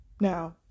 Now